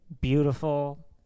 beautiful